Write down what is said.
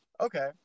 Okay